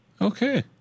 okay